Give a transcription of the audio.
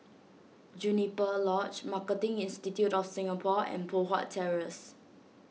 Juniper Lodge Marketing Institute of Singapore and Poh Huat Terrace